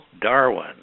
Darwin